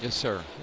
and sir.